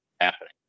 happening